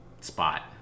spot